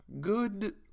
Good